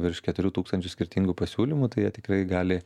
virš keturių tūkstančių skirtingų pasiūlymų tai jie tikrai gali